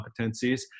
competencies